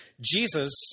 Jesus